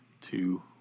two